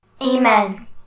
Amen